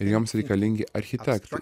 ir joms reikalingi architektai